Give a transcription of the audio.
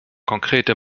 konkrete